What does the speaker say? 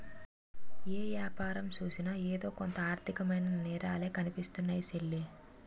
ఏ యాపారం సూసినా ఎదో కొంత ఆర్దికమైన నేరాలే కనిపిస్తున్నాయ్ సెల్లీ